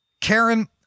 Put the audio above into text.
Karen